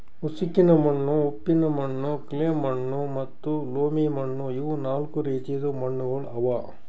ಉಸುಕಿನ ಮಣ್ಣು, ಉಪ್ಪಿನ ಮಣ್ಣು, ಕ್ಲೇ ಮಣ್ಣು ಮತ್ತ ಲೋಮಿ ಮಣ್ಣು ಇವು ನಾಲ್ಕು ರೀತಿದು ಮಣ್ಣುಗೊಳ್ ಅವಾ